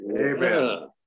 Amen